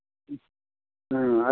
हाँ